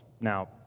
Now